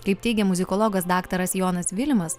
kaip teigė muzikologas daktaras jonas vilimas